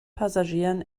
passagieren